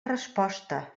resposta